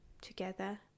together